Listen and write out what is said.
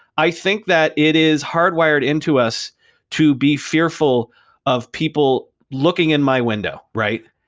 i think that it is hardwired into us to be fearful of people looking in my window, right?